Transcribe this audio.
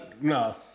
no